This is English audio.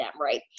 right